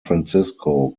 francisco